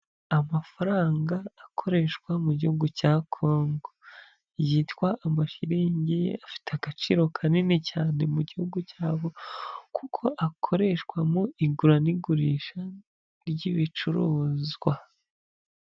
Amafaranga akoreshwa mu gihugu cya kongo yitwa amashilgi afite agaciro kanini cyane mu gihugu cyabo kuko akoreshwa mu igura n'igurisha ry'ibicuruzwa.